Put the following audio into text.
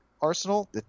Arsenal